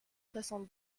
soixante